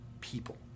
people